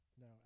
no